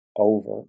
Over